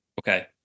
Okay